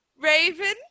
Raven